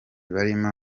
barimo